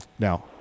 Now